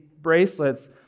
bracelets